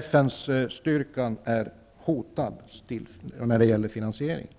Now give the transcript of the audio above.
FN-styrkan är hotad när det gäller finansieringen.